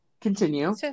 continue